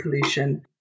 pollution